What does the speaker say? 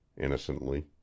Innocently